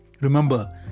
Remember